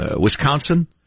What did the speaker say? Wisconsin